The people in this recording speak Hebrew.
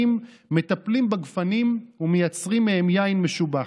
מטפלים בגפנים ומייצרים מהם יין משובח.